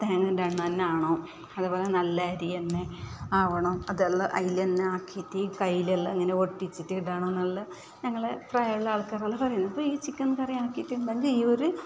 അപ്പ തേങ്ങയുടെ തന്നെ ആണ് അതുപോലെ തന്നെ നല്ല അരി തന്നെ ആകണം അതെല്ലാം അതിൽ തന്നെ ആക്കിയിട്ട് കയ്യിലെല്ലാം ഇങ്ങനെ ഒട്ടിച്ചിട്ട് കാണാൻ നല്ല ഞങ്ങളുടെ പ്രായമുള്ള ആൾക്കാരെല്ലാം തന്നെ ആ ഇപ്പം ഈ ചിക്കൻ കറി ആക്കിയിട്ടുണ്ടെങ്കിൽ ഈ ഒര്